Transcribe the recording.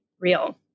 real